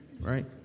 right